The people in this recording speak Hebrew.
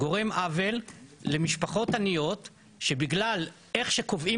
גורם עוול למשפחות עניות שבגלל איך שקובעים